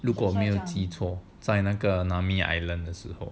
如果没有记错在那个 nami island 的时候